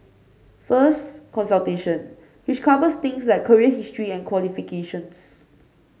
first consultation which covers things like career history and qualifications